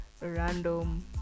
random